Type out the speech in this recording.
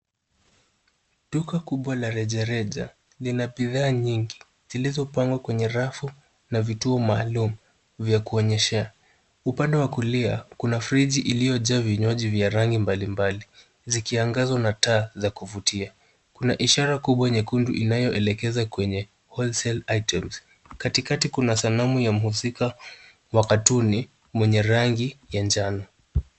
Duka kubwa la rejareja lina bidhaa nyingi, zilizopangwa kwenye rafu na vituo maalum vya kuonyeshea. Upande wa kulia kuna friji iliyojaa vinywaji vya rangi mbalimbali zikiangazwa na taa za kuvutia. Kuna ishara kubwa nyekundu inayoelekeza kwenye wholesale items . Katikati kuna sanamu ya mhusika wa katuni mwenye rangi ya njano.